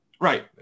right